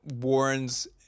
warns